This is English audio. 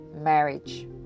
marriage